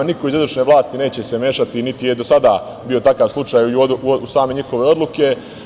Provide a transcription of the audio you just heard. Niko iz izvršne vlasti neće se mešati, niti je do sada bio takav slučaj, u same njihove odluke.